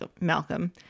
Malcolm